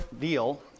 deal